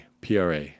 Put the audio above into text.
PRA